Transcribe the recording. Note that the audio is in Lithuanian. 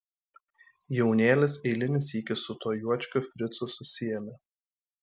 jaunėlis eilinį sykį su tuo juočkiu fricu susiėmė